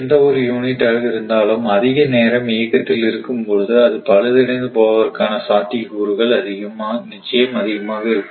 எந்த ஒரு யூனிட் ஆக இருந்தாலும் அதிக நேரம் இயக்கத்தில் இருக்கும் போது அது பழுதடைந்து போவதற்கான சாத்தியக்கூறுகள் நிச்சயம் அதிகமாக இருக்கும்